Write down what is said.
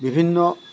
বিভিন্ন